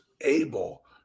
able